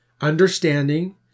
understanding